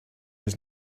his